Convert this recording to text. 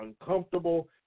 uncomfortable